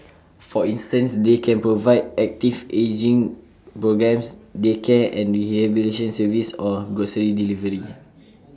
for instance they can provide active ageing programmes daycare and rehabilitation services or grocery delivery